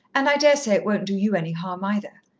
and i dare say it won't do you any harm either.